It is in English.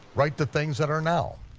write the things that are now,